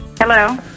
Hello